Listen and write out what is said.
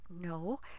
no